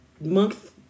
month